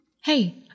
Hey